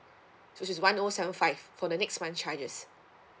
so which is one O seven five for the next charges